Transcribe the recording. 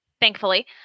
thankfully